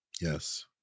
Yes